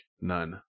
None